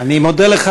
אני מודה לך.